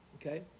okay